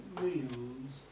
wheels